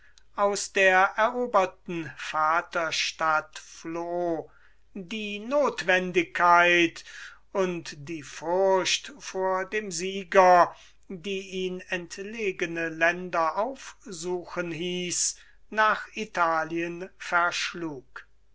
aus der eroberten vaterstadt floh die nothwendigkeit und die furcht vor dem sieger die ihn entlegene länder aufsuchen hieß nach italien verschlug